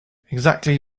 exactly